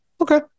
Okay